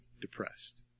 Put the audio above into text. depressed